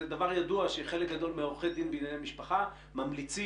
זה דבר ידוע שחלק גדול מעורכי הדין לענייני משפחה ממליצים